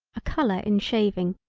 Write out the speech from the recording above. a color in shaving,